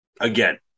again